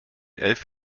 elf